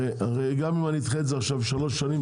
הרי גם אם אני אדחה את זה עכשיו שלוש שנים,